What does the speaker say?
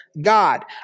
God